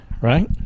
Right